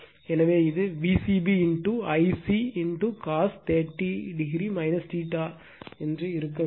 எனவே இது Vcb Ic cos 30 o ஆக இருக்க வேண்டும்